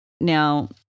Now